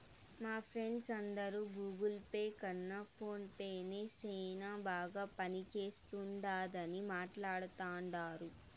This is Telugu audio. మా ఫ్రెండ్స్ అందరు గూగుల్ పే కన్న ఫోన్ పే నే సేనా బాగా పనిచేస్తుండాదని మాట్లాడతాండారు